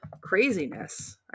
craziness